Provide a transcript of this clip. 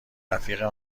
رفیق